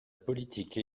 politique